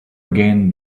again